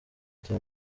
cya